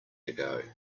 ago